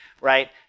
right